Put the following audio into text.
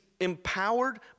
empowered